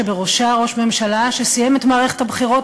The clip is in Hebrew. שבראשה ראש ממשלה שסיים את מערכת הבחירות